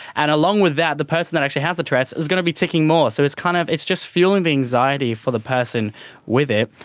and along with that the person that actually has the tourette's is going to be ticcing more. so it's kind of it's just fuelling the anxiety for the person with it.